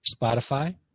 Spotify